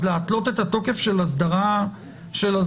אז להתלות את התוקף של אסדרה קיימת?